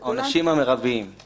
אבל ביקשתם להביא נוסח יותר ברור.